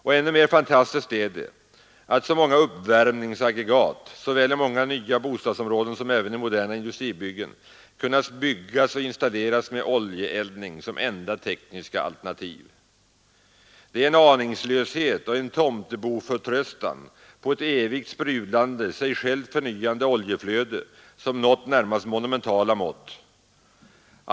Och ännu mer fantastiskt är det att så många uppvärmningsaggregat såväl i många nya bostadsområden som även i moderna industribyggen kunnat byggas och installeras med oljeeldning som enda tekniska alternativ. Det är en aningslöshet och tomteboförtröstan på ett evigt sprudlande, sig självt förnyande oljeflöde som nått närmast monumentala mått.